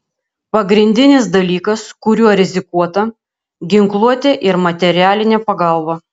pagrindinis dalykas kuriuo rizikuota ginkluotė ir materialinė pagalba